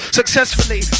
successfully